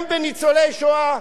גם בניצולי שואה?